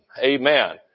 Amen